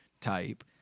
type